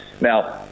Now